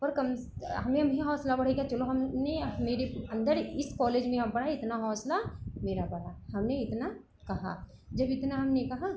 पर कम हमें अब यह हौंसला बढ़ेगा चलो हमने मेरे अंदर इस कॉलेज में अब बढ़ा इतना हौसला मेरा बढ़ा हमने इतना कहा जब इतना हमने कहा